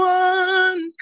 one